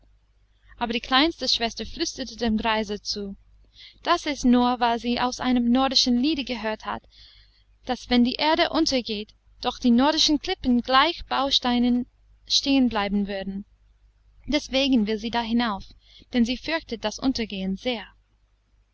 aber die kleinste schwester flüsterte dem greise zu das ist nur weil sie aus einem nordischen liede gehört hat daß wenn die erde untergeht doch die nordischen klippen gleich bausteinen stehen bleiben werden deswegen will sie da hinauf denn sie fürchtet das untergehen sehr